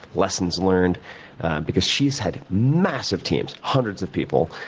lessons learned because she's had massive teams, hundreds of people,